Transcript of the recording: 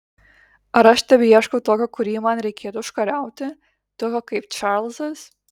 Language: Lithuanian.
ar aš tebeieškau tokio kurį man reikėtų užkariauti tokio kaip čarlzas